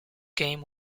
game